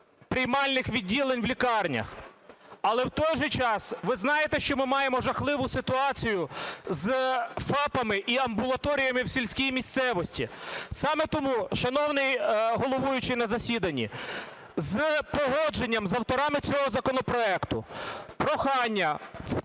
приймальних відділень в лікарнях. Але в той же час ви знаєте, що ми маємо жахливу ситуацію з ФАПами і амбулаторіями в сільській місцевості. Саме тому, шановний головуючий на засіданні, з погодженням з авторами цього законопроекту прохання в